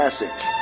message